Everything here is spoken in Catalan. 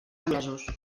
anglesos